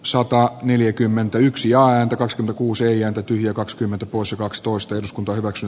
sokka neljäkymmentäyksi ääntä kuusi eija räty ja kakskymmentäkuusa kakstoista eduskunta hyväksy